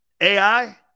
AI